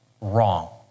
wrong